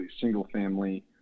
single-family